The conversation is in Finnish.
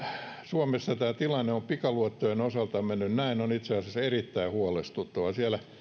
suomessa tämä tilanne on pikaluottojen osalta mennyt näin on itse asiassa erittäin huolestuttavaa siellä